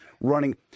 running